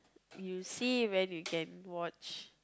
you see when we can watch